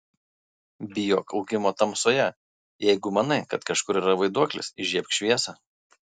bijok augimo tamsoje jeigu manai kad kažkur yra vaiduoklis įžiebk šviesą